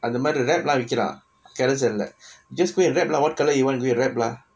அந்த மாரி:antha maari wrap lah விக்குறா:vikkuraa Carousell leh just go wrap lah what colour you want to wrap lah